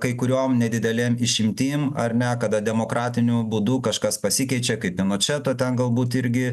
kai kuriom nedidelėm išimtim ar ne kada demokratiniu būdu kažkas pasikeičia kaip pinočeto ten galbūt irgi